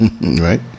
right